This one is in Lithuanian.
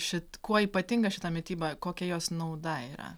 šit kuo ypatinga šita mityba kokia jos nauda yra